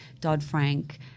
Dodd-Frank